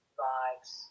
vibes